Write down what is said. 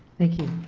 thank you